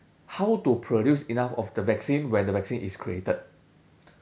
how to produce enough of the vaccine when the vaccine is created